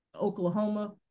Oklahoma